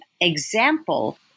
example